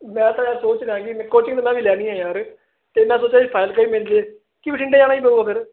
ਮੈਂ ਤਾਂ ਯਾਰ ਸੋਚ ਰਿਹਾ ਕਿ ਨਹੀਂ ਕੋਚਿੰਗ ਤਾਂ ਵੀ ਲੈ ਲਈਏ ਯਾਰ ਅਤੇ ਇਹਨਾਂ ਤੋਂ ਤਾਂ ਮਿਲ ਜੇ ਕੀ ਬਠਿੰਡੇ ਜਾਣਾ ਹੀ ਪਵੇਗਾ ਫੇਰ